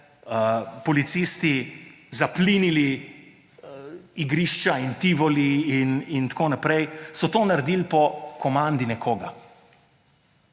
policisti zaplinili igrišča in Tivoli in tako naprej, so to naredili po komandi nekoga.